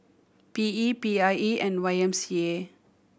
P E P I E and Y M C A